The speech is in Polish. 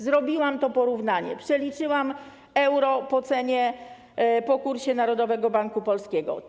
Zrobiłam to porównanie, przeliczyłam euro po kursie Narodowego Banku Polskiego.